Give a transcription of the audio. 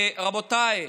רבותיי,